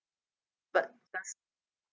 but does